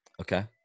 Okay